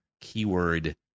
keyword